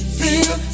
feel